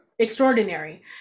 extraordinary